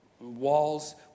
walls